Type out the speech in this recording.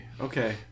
okay